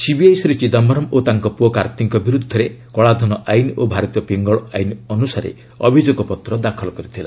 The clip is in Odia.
ସିବିଆଇ ଶ୍ରୀ ଚିଦାୟରମ ଓ ତାଙ୍କ ପୁଅ କାର୍ତ୍ତିଙ୍କ ବିରୁଦ୍ଧରେ କଳାଧନ ଆଇନ ଓ ଭାରତୀୟ ପିଙ୍ଗଳ ଆଇନ ଅନୁସାରେ ଅଭିଯୋଗପତ୍ର ଦାଖଲ କରିଥିଲା